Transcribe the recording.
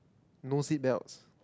no seat belts